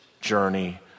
journey